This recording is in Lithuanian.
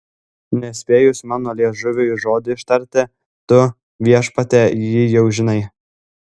nespėjus mano liežuviui žodį ištarti tu viešpatie jį jau žinai